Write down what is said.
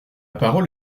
parole